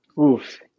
Oof